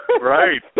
Right